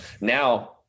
now